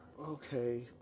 Okay